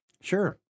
Sure